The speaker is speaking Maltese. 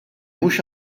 mhux